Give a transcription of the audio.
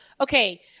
okay